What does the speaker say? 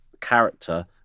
character